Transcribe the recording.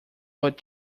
but